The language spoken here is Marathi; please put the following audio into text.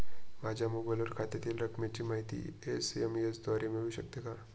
माझ्या मोबाईलवर खात्यातील रकमेची माहिती एस.एम.एस द्वारे मिळू शकते का?